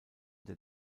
der